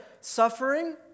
suffering